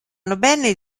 nobene